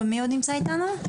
ומי עוד נמצא איתנו?